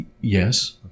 Yes